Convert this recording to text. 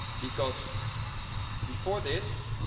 because before this,